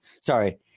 sorry –